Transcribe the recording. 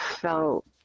felt